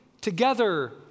together